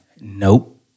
nope